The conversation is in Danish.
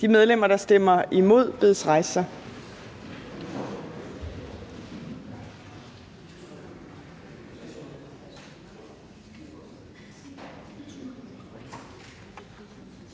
De medlemmer, der stemmer imod, bedes rejse sig.